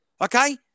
Okay